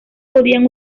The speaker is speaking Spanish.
podían